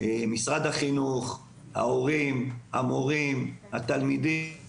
משרד החינוך, ההורים, המורים, התלמידים